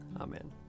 Amen